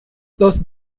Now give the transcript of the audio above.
los